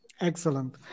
Excellent